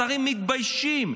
השרים מתביישים.